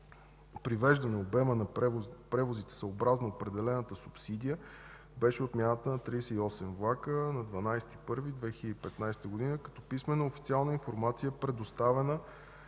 привеждане обема на превозите, съобразно определената субсидия, беше отмяната на 38 влака на 12 януари 2015 г., като писмено официалната информация е предоставена на